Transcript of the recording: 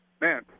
man